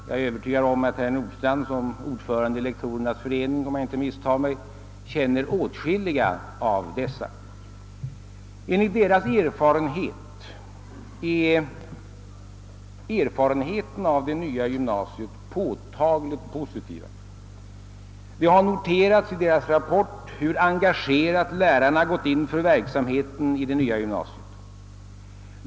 Jag är övertygad om att herr Nordstrandh — som är ordförande i lektorernas förening, om jag inte misstar mig — känner åtskilliga av dessa inspektörer. Enligt deras rapport är erfarenheterna av det nya gymnasiet påtagligt positiva. Det har noterats hur engagerat lärarna gått in för verksamheten.